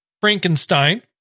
Frankenstein